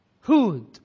Hud